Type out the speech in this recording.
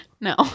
No